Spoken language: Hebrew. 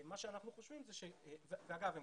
ואגב,